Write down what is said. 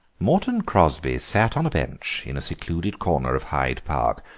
morton crosby sat on a bench in a secluded corner of hyde park,